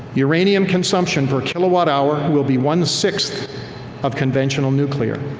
uranium consumption per kilowatt-hour will be one sixth of conventional nuclear.